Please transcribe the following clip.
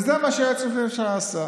וזה מה שהיועץ המשפטי לממשלה עשה.